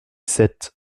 sept